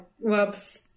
whoops